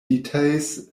details